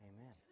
Amen